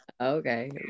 Okay